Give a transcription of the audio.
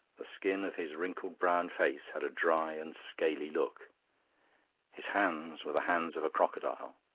the skin of his wrinkled brown face had a dry and scaly look his hands were the hands of a crocodile.